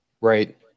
right